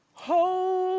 hold